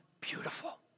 beautiful